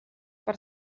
per